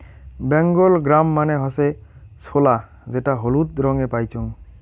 Bengal gram মানে হসে ছোলা যেটা হলুদ রঙে পাইচুঙ